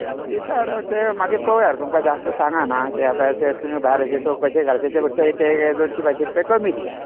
दिसवडो ते पळोवया मागीर पळोवया तुमकां जासत सांगाना तुमी भायर चवकशे करात तेचे परस दोनशे पांचशे कमी दियात